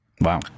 Wow